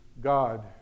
God